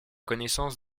connaissance